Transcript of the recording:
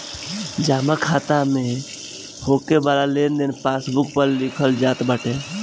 जमा खाता में होके वाला लेनदेन पासबुक पअ लिखल जात बाटे